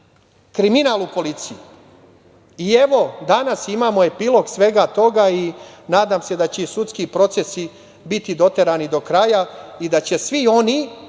kriminal u policiji i evo danas imamo epilog svega toga i nadam se da će sudski procesi biti doterani do kraja i da će svi oni